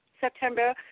September